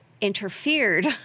interfered